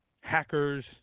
hackers